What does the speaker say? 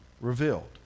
revealed